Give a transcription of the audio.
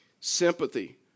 sympathy